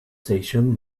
station